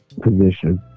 position